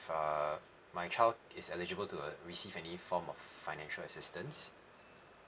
uh my child is eligible to uh receive any form of financial assistance